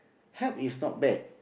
help is not bad